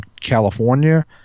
California